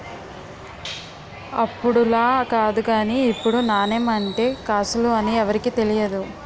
అప్పుడులా కాదు గానీ ఇప్పుడు నాణెం అంటే కాసులు అని ఎవరికీ తెలియదు